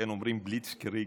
אומרים "בליצקריג",